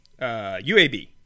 UAB